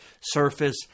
surface